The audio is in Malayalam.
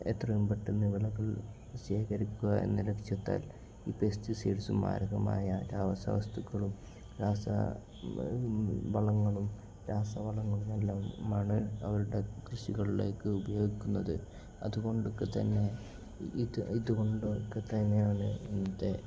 എത്രയും പെട്ടെന്നു വിളകൾ ശേഖരിക്കുക എന്ന ലക്ഷ്യത്താൽ ഈ പെസ്റ്റിസൈഡ്സും മാരകമായ രാസ വസ്തുക്കളും രാസ വളങ്ങളും രാസവളങ്ങളുമെല്ലാമാണ് അവരുടെ കൃഷികളിലേക്ക് ഉപയോഗിക്കുന്നത് അതുകൊണ്ടൊക്കെത്തന്നെ ഇത് ഇതുകൊണ്ടൊക്കെത്തന്നെയാണ് ഇന്നത്തെ